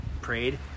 prayed